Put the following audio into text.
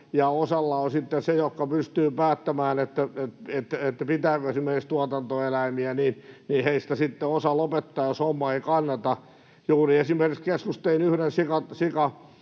osa niistä, jotka pystyvät päättämään, pitääkö esimerkiksi tuotantoeläimiä, lopettaa, jos homma ei kannata. Juuri esimerkiksi keskustelin yhden